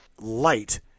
light